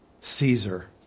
Caesar